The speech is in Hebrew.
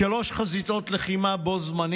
שלוש חזיתות לחימה בו זמנית?